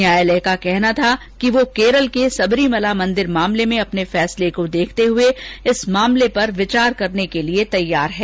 न्यायालय का कहना था कि वह केरल के सबरीमला मंदिर मामले में अपने फैसले को देखते हुए इस मामले पर विचार करने को तैयार है